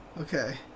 Okay